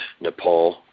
Nepal